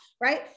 right